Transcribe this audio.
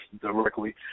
directly